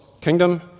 kingdom